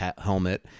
helmet